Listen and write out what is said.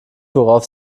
worauf